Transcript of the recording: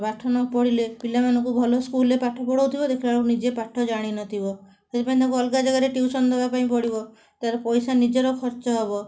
ପାଠ ନ ପଢ଼ିଲେ ପିଲାମାନଙ୍କୁ ଭଲ ସ୍କୁଲରେ ପାଠ ପଢ଼ାଉଥିବ ଦେଖିଲା ବେଳକୁ ନିଜେ ପାଠ ଜାଣିନଥିବ ସେଥିପାଇଁ ତାଙ୍କୁ ଅଲଗା ଜାଗାରେ ଟ୍ୟୁସନ୍ ଦେବା ପାଇଁ ପଡ଼ିବ ତା'ର ପଇସା ନିଜର ଖର୍ଚ୍ଚ ହବ